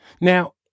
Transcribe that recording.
Now